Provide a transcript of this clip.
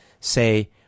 say